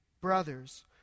brothers